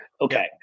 Okay